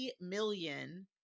million